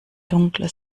dunkle